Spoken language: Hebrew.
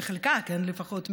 בחלקה לפחות,